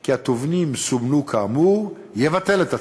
כי הטובין סומנו כאמור, יבטל את הצו.